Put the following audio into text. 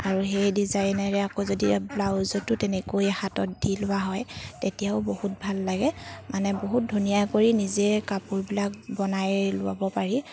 আৰু সেই ডিজাইনেৰে আকৌ যদি ব্লাউজতো তেনেকৈ হাতত দি লোৱা হয় তেতিয়াও বহুত ভাল লাগে মানে বহুত ধুনীয়াকৈ নিজে কাপোৰবিলাক বনাই ল'ব পাৰি